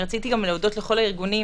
רציתי גם להודות לכל הארגונים,